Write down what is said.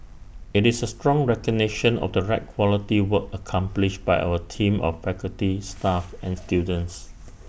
IT is A strong recognition of the red quality work accomplished by our team of faculty staff and students